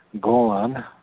Golan